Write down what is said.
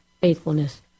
faithfulness